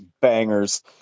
Bangers